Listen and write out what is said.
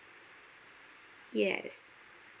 yes